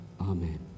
amen